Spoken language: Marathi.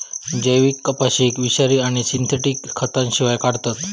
जैविक कपाशीक विषारी आणि सिंथेटिक खतांशिवाय काढतत